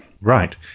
Right